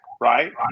right